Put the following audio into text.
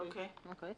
תודה.